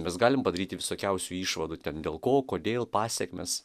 mes galim padaryti visokiausių išvadų ten dėl ko kodėl pasekmės